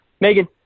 Megan